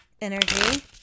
energy